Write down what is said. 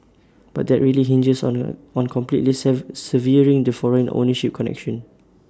but that really hinges on A on completely severing the foreign ownership connection